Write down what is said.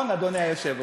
אדוני היושב-ראש.